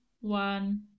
one